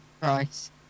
Price